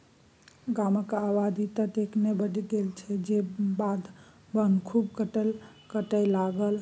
गामक आबादी ततेक ने बढ़ि गेल जे बाध बोन खूब कटय लागल